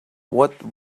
what